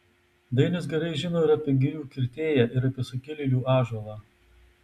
dainius gerai žino ir apie girių kirtėją ir apie sukilėlių ąžuolą